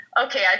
okay